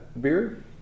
beer